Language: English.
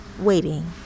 waiting